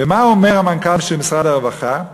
ומה אומר המנכ"ל של משרד הרווחה?